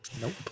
Nope